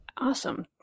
Awesome